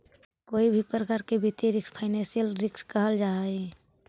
कोई भी प्रकार के वित्तीय रिस्क फाइनेंशियल रिस्क कहल जा हई